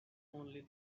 only